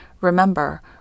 Remember